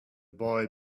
boy